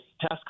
task